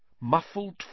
Muffled